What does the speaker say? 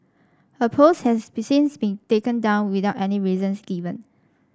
her post has been since been taken down without any reasons given